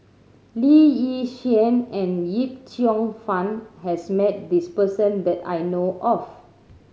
Lee Yi Shyan and Yip Cheong Fun has met this person that I know of